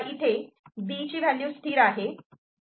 इथे B value स्थिर आहे